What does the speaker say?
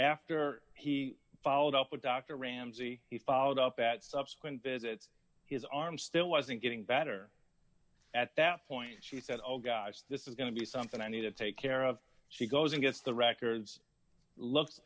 after he followed up with dr ramsey he followed up at subsequent visits his arm still wasn't getting better at that point she said oh guys this is going to be something i need to take care of she goes and gets the records looks